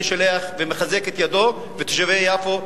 אני מחזק את ידיו ואת ידי תושבי יפו,